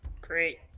Great